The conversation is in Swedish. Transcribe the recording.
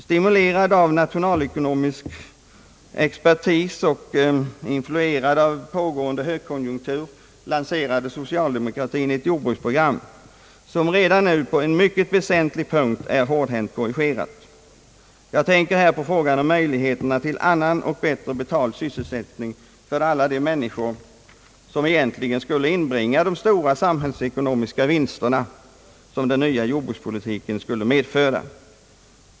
Stimulerad av nationalekonomisk expertis och influerad av pågående högkonjunktur lanserade socialdemokratin ett jordbruksprogram som redan nu på en väsentlig punkt blivit hårdhänt korrigerat — jag tänker på möjligheterna till annan och bättre betald sysselsättning för alla de människor vilkas avgång från jordbruket egentligen skulle inbringa de stora samhällsekonomiska vinster som den nya jordbrukspolitiken tänktes medföra.